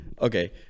okay